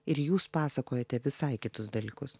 ir jūs pasakojate visai kitus dalykus